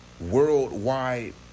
worldwide